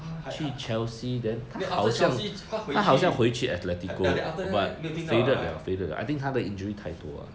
ta~ hat~ 没有 after chelsea 他会去 alt~ after that 没有听到 liao leh